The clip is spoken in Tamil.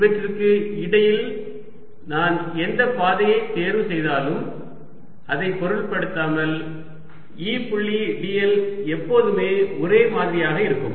இவற்றிற்கு இடையில் நான் எந்த பாதையை தேர்வு செய்தாலும் அதை பொருட்படுத்தாமல் E புள்ளி dl எப்போதும் ஒரே மாதிரியாக இருக்கும்